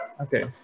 okay